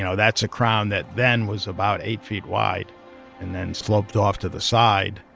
you know that's a crown that then was about eight feet wide and then sloped off to the side.